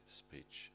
speech